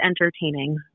entertaining